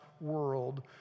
world